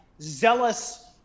zealous